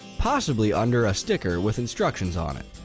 possibly under a sticker with instructions on it.